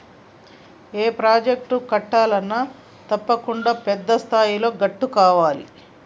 ఏ project కట్టాలన్నా తప్పకుండా పెద్ద స్థాయిలో గ్రాంటు కావాలి